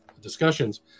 discussions